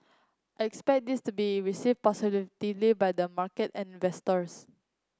I expect this to be receive positively by the market and